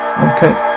okay